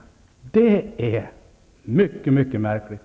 Det är mycket märkligt.